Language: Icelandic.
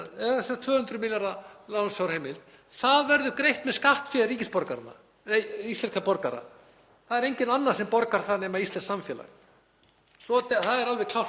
Það er alveg klárt mál. Þar er raunverulega verið að skuldsetja, við getum sagt að það sé verið að setja á skattheimtu fram í tímann þegar það þarf að borga það lán.